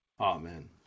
Amen